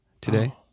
today